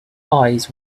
eyes